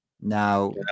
Now